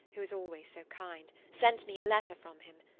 who is always so kind, sent me a letter from him.